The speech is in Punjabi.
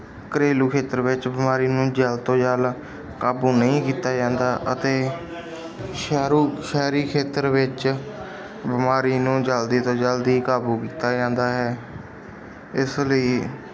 ਘਰੇਲੂ ਖੇਤਰ ਵਿੱਚ ਬਿਮਾਰੀ ਨੂੰ ਜਲਦ ਤੋਂ ਜਲਦ ਕਾਬੂ ਨਹੀਂ ਕੀਤਾ ਜਾਂਦਾ ਅਤੇ ਸ਼ਹਿਰੀ ਸ਼ਹਿਰੀ ਖੇਤਰ ਵਿੱਚ ਬਿਮਾਰੀ ਨੂੰ ਜਲਦੀ ਤੋਂ ਜਲਦੀ ਕਾਬੂ ਕੀਤਾ ਜਾਂਦਾ ਹੈ ਇਸ ਲਈ